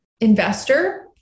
investor